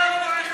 אדוני,